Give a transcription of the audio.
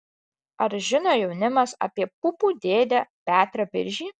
ar žino jaunimas apie pupų dėdę petrą biržį